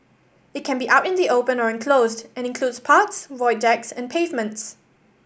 it can be out in the open or enclosed and includes parks void decks and pavements